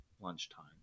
lunchtime